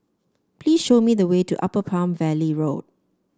please show me the way to Upper Palm Valley Road